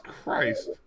Christ